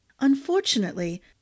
Unfortunately